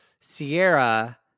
Sierra